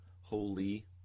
holy